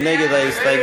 מי נגד ההסתייגות?